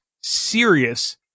serious